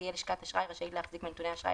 תהיה לשכת אשראי רשאית להחזיק בנתוני האשראי